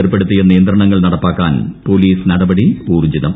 ഏർപ്പെടുത്തിയ നിയന്ത്രണങ്ങൾ നടപ്പാക്കാൻ പോലീസ് നടപടി ഊർജ്ജിതം